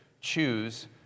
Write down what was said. choose